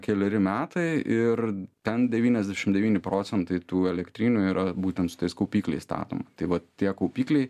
keleri metai ir ten devyniasdešim devyni procentai tų elektrinių yra būtent su tais kaupikliais statoma tai vat tie kaupikliai